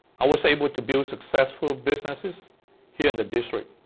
i was able to build successful businesses here in the district.